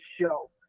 show